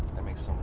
that makes